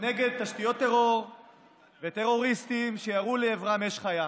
נגד תשתיות טרור וטרוריסטים שירו לעברם אש חיה.